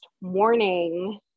morning